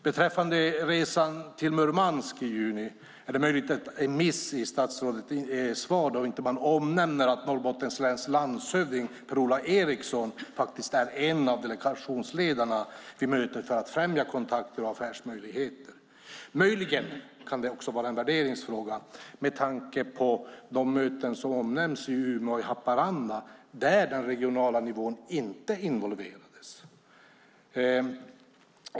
Beträffande resan till Murmansk i juni är det möjligen en miss i statsrådets svar att man inte nämner att Norrbottens läns landshövding Per-Ola Eriksson faktiskt är en av delegationsledarna vid mötet för att främja kontakter och affärsmöjligheter. Möjligen kan det också vara en värderingsfråga med tanke på de möten som omnämns, i Umeå och i Haparanda, där den regionala nivån inte involverades.